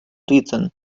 written